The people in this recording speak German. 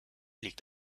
liegt